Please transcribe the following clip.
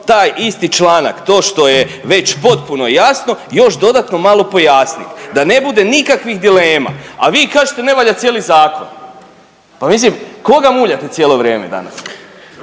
taj isti članak, to što je već potpuno jasno, još dodatno malo pojasnit da ne bude nikakvih dilema, a vi kažete ne valja cijeli zakon, pa mislim koga muljate cijelo vrijeme danas?